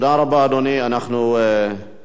הודעה לסגן מזכירת הכנסת, אדוני, בבקשה.